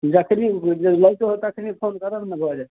जखन लैके हैत तखन फोन करब ने भऽ जाएत